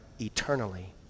eternally